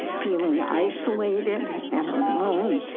feeling isolated and alone.